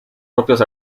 propios